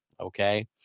Okay